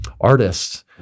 artists